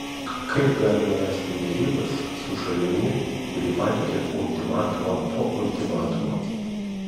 kaip galima vesti derybas su šalimi kuri pateikia ultimatumą po ultimatumo